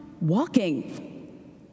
walking